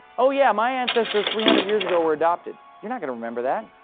oh yeah, my ancestors three hundred years ago were adopted. you're not going to remember that.